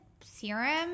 serum